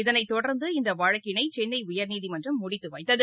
இதனைதொடர்ந்து இந்தவழக்கினைசென்னையர்நீதிமன்றம் முடித்துவைத்தது